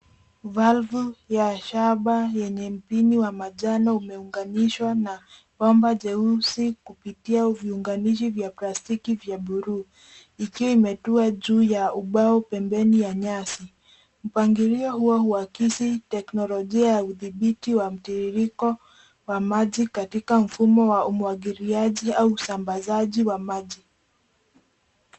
Balbu ya shamba yenye mpini wa manjano umeunganishwa na bomba jeusi kupitia viunganishi vya plastiki vya bluu ikiwa imetua juu ya ubao pembeni ya nyasi. Mpangilio huu huakisi teknolojia ya kudhibiti wa mtiririko wa maji katika mfumo wa umwangiliaji au usambazaji wa maji.